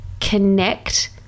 connect